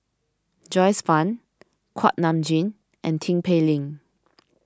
Joyce Fan Kuak Nam Jin and Tin Pei Ling